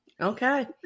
Okay